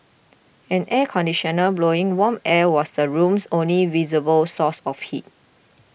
an air conditioner blowing warm air was the room's only visible source of heat